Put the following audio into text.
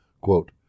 Quote